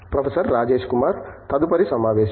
professor Rajesh Kumar తదుపరి సమావేశంలో